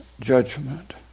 judgment